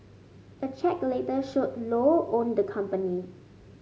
a check later showed Low owned the company